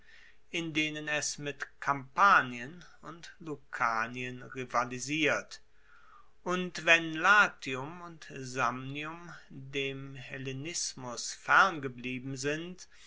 in denen es mit kampanien und lucanien rivalisiert und wenn latium und samnium dem hellenismus fernergeblieben sind